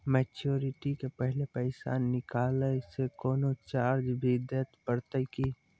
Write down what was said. Maturity के पहले पैसा निकालै से कोनो चार्ज भी देत परतै की?